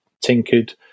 tinkered